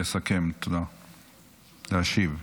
לסכם ולהשיב.